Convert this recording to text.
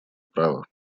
права